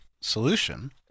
solution